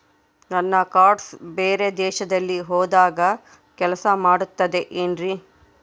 ನನ್ನ ಕಾರ್ಡ್ಸ್ ಬೇರೆ ದೇಶದಲ್ಲಿ ಹೋದಾಗ ಕೆಲಸ ಮಾಡುತ್ತದೆ ಏನ್ರಿ?